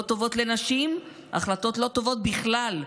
החלטות לא טובות לנשים והחלטות לא טובות בכלל,